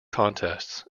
contests